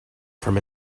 from